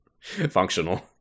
functional